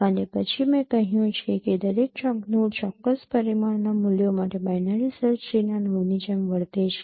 અને પછી મેં કહ્યું છે કે દરેક નોડ ચોક્કસ પરિમાણના મૂલ્યો માટે બાઈનરી સર્ચ ટ્રી ના નોડની જેમ વર્તે છે